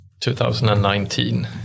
2019